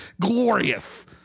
Glorious